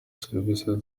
serivisi